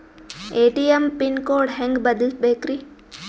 ATM pin code ಹೆಂಗ್ ಬದಲ್ಸ್ಬೇಕ್ರಿ?